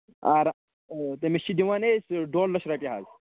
آ تٔمِس چھِ دِوان أسۍ ڈۄڈ لَچھ رۄپیہِ حظ